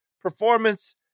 performance